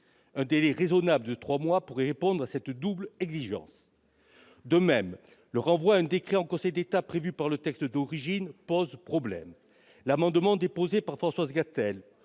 d'un délai raisonnable de trois mois pourrait répondre à cette double exigence. De même, le renvoi à un décret en Conseil d'État, prévu dans le texte d'origine, pose problème. L'amendement déposé par Françoise Gatel,